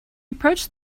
approached